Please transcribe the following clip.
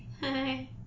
hi